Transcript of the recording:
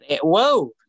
Whoa